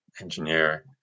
engineer